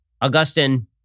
Augustine